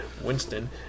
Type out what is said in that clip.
Winston